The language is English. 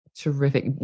Terrific